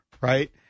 right